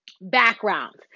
backgrounds